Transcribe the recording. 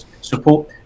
support